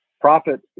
profit